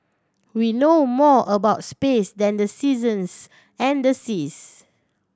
we know more about space than the seasons and the seas